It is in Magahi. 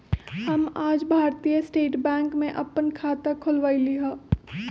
हम आज भारतीय स्टेट बैंक में अप्पन खाता खोलबईली ह